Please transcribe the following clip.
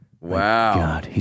Wow